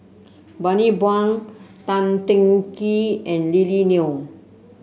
Bani Buang Tan Teng Kee and Lily Neo